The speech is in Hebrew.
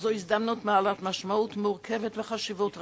זו הזדמנות בעלת משמעות מורכבת וחשיבות רבה.